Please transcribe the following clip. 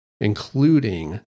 including